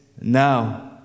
now